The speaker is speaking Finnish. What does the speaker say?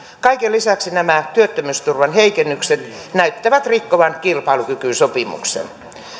kaiken lisäksi nämä työttömyysturvan heikennykset näyttävät rikkovan kilpailukykysopimuksen